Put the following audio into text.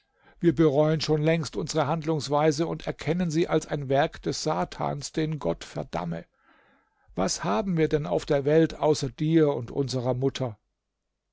wir bereuen schön längst unsere handlungsweise und erkennen sie als ein werk des satans den gott verdamme was haben wir denn auf der welt außer dir und unserer mutter